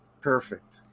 perfect